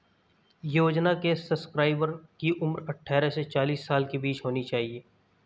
योजना के सब्सक्राइबर की उम्र अट्ठारह से चालीस साल के बीच होनी चाहिए